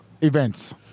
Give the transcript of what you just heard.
Events